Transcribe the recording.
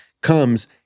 comes